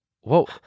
Whoa